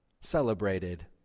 celebrated